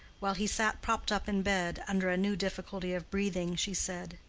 while he sat propped up in bed under a new difficulty of breathing, she said,